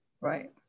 Right